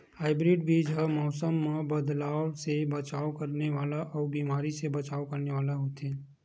hybrid बीज हा मौसम मे बदलाव से बचाव करने वाला अउ बीमारी से बचाव करने वाला होथे